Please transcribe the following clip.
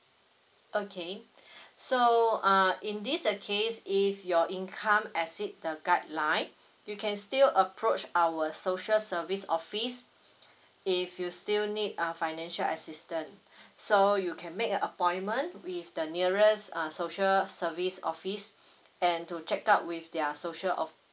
okay so err in this case if your income exceed the guideline you can still approach our social service office if you still need err financial assistance so you can make a appointment with the nearest err social service office and to check out with their social officer